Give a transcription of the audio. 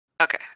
okay